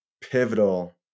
pivotal